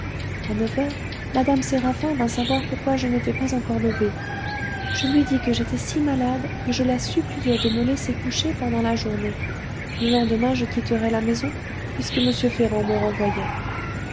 à neuf heures mme séraphin vint savoir pourquoi je n'étais pas encore levée je lui dis que j'étais si malade que je la suppliais de me laisser couchée pendant la journée le lendemain je quitterais la maison puisque m ferrand me renvoyait